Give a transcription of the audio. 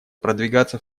продвигаться